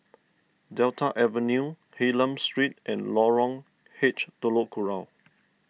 Delta Avenue Hylam Street and Lorong H Telok Kurau